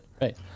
Right